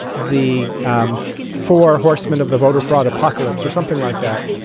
the um four horsemen of the voter fraud apocalypse or something like that.